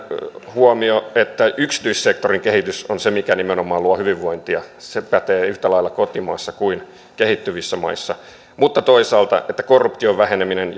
huomio että yksityissektorin kehitys on se mikä nimenomaan luo hyvinvointia se pätee yhtä lailla kotimaassa kuin kehittyvissä maissa mutta toisaalta korruption väheneminen